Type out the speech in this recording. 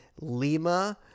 Lima